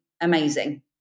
amazing